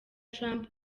trump